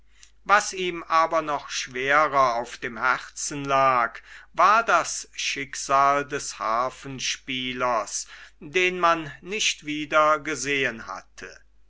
was ihm aber noch schwerer auf dem herzen lag war das schicksal des harfenspielers den man nicht wiedergesehen hatte